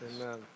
Amen